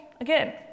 Again